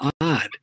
odd